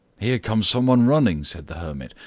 here comes some one running, said the hermit,